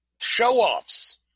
show-offs